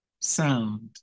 sound